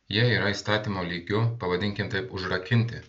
jie yra įstatymo lygiu pavadinkim taip užrakinti